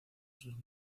sus